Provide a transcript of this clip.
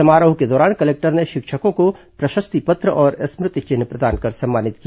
समारोह के दौरान कलेक्टर ने शिक्षकों को प्रशस्ति पत्र और स्मृति चिन्ह प्रदान कर सम्मानित किया